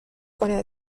کنه